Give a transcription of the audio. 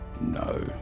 No